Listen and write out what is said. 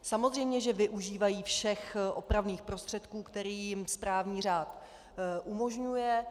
Samozřejmě že využívají všech opravných prostředků, které jim správní řád umožňuje.